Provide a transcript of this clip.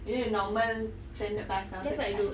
you know the normal standard plaster I wanted to cut